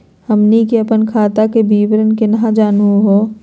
हमनी के अपन खतवा के विवरण केना जानहु हो?